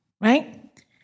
Right